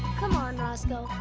come on, roscoe.